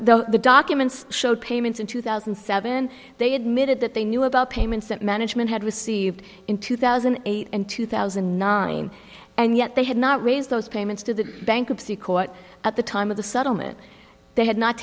that the documents showed payments in two thousand and seven they admitted that they knew about payments that management had received in two thousand and eight and two thousand and nine and yet they had not raised those payments to the bankruptcy court at the time of the settlement they had not